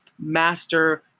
master